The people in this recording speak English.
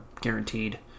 guaranteed